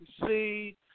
see